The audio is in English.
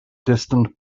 distant